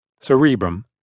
Cerebrum